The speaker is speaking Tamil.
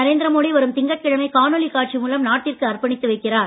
நரேந்திர மோடி வரும் திங்கட்கிழமை காணொலி காட்சி மூலம் நாட்டிற்கு அர்ப்பணித்து வைக்கிறார்